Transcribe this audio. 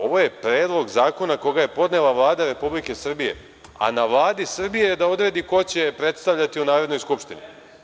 Ovo je predlog zakona koga je podnela Vlada Republike Srbije, a na Vladi Srbije je da odredi ko će je predstavljati u Narodnoj skupštini.